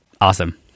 Awesome